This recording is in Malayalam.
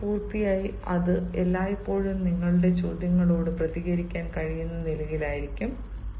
കോഴ്സ് പൂർത്തിയായി അത് എല്ലായ്പ്പോഴും നിങ്ങളുടെ ചോദ്യങ്ങളോട് പ്രതികരിക്കാൻ കഴിയുന്ന നിലയിലായിരിക്കും